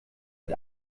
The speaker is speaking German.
mit